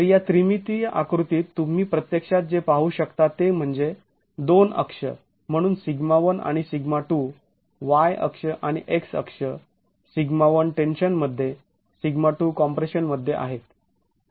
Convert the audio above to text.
तर या त्रिमितीय आकृतीत तुम्ही प्रत्यक्षात जे पाहू शकता ते म्हणजे दोन अक्ष म्हणून σ1 आणि σ2 y अक्ष आणि x अक्ष σ1 टेन्शन मध्ये σ2 कॉम्प्रेशन मध्ये आहेत